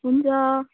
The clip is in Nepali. हुन्छ